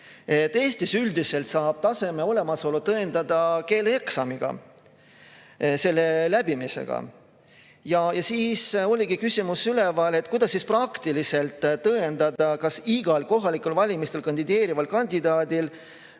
Eestis üldiselt saab taseme olemasolu tõendada keeleeksami läbimisega. Oligi küsimus, kuidas ikkagi praktiliselt tõendada, et igal kohalikel valimistel kandideerival kandidaadil